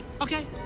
okay